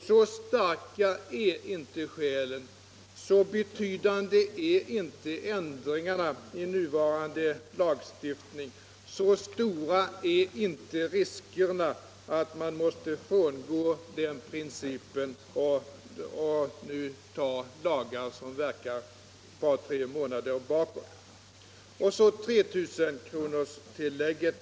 Så starka är inte skälen, så betydande är inte ändringarna i nuvarande lagstiftning, så stora är inte riskerna, att det finns anledning frångå den principen och nu ta en lagstiftning som skall verka ett par tre månader tillbaka i tiden. Den andra frågan gäller 3 000-kronorstillägget.